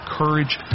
courage